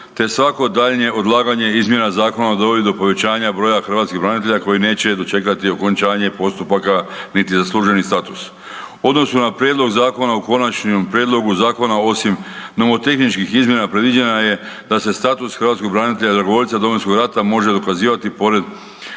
te svako daljnje odlaganje izmjena zakona dovodi do povećanja broja hrvatskih branitelja koji neće dočekati okončanje postupaka niti zasluženi status. U odnosu na prijedlog zakona u konačnom prijedlogu zakona osim nomotehničkih izmjena predviđeno je da se status hrvatskog branitelja dragovoljca Domovinskog rata može dokazivati pored